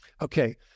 okay